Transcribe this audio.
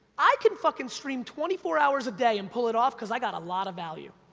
i can fucking stream twenty four hours a day and pull it off, cause i got a lot of value.